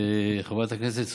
חברת הכנסת סוֵיד,